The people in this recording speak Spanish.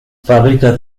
fábricas